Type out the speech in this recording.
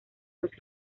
los